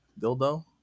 dildo